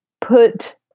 put